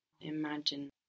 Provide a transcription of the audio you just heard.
Imagine